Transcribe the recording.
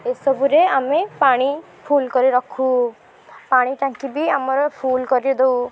ଏସବୁରେ ଆମେ ପାଣି ଫୁଲ୍ କରି ରଖୁ ପାଣି ଟାଙ୍କି ବି ଆମର ଫୁଲ୍ କରିଦେଉ